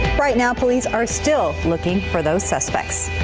right now police are still looking for those suspects.